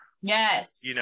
Yes